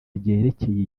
ryerekeye